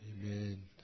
Amen